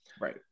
Right